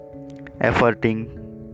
efforting